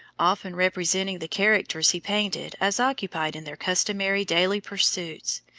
often representing the characters he painted as occupied in their customary daily pursuits,